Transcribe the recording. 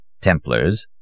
Templars